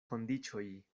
kondiĉoj